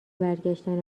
برگشتن